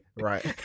right